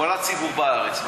כל הציבור בארץ,